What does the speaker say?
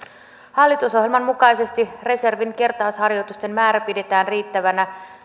hallitusohjelman mukaisesti reservin kertausharjoitusten määrä pidetään riittävänä